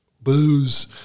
booze